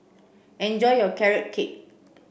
enjoy your carrot cake